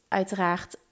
uiteraard